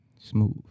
smooth